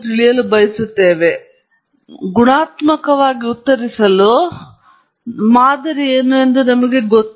ಸಾಮಾನ್ಯವಾಗಿ ನಾವು ಗುಣಾತ್ಮಕವಾಗಿ ಉತ್ತರಿಸಲು ಮಾದರಿ ಏನು ಎಂದು ನಮಗೆ ಗೊತ್ತು